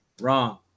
wrong